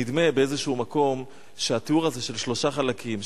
נדמה באיזה מקום שהתיאור הזה של שלושה חלקים,